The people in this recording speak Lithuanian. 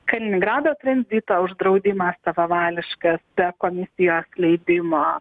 kaliningrado tranzito uždraudimas savavališkas be komisijos leidimo